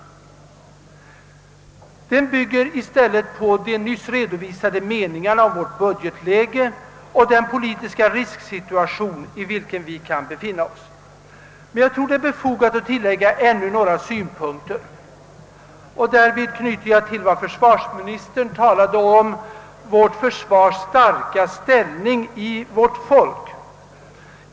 Förslaget bygger i stället på ett hänsynstagande till det nyligen redovisade budgetläget och på en bedömning av den politiska risksituation vi befinner oss i. Det kan vara befogat att tillägga ytterligare några synpunkter. Jag vill därvid anknyta till vad försvarsministern sade om den starka försvarsviljan hos vårt folk.